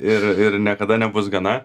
ir ir niekada nebus gana